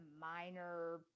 minor